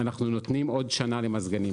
אנחנו נותנים עוד שנה למזגנים.